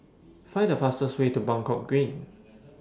Find The fastest Way to Buangkok Green